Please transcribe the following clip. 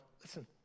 listen